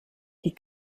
die